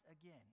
again